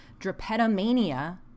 drapetomania